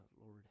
Lord